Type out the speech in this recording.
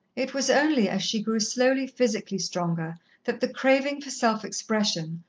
it was only as she grew slowly physically stronger that the craving for self-expression,